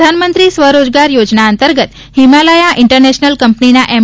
પ્રધાનમંત્રી સ્વરોજગાર યોજના અંતર્ગત હિમાલયા ઇન્ટરનેશનલ કંપનીના એમ